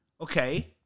Okay